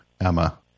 Emma